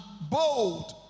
bold